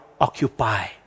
occupy